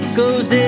goes